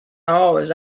always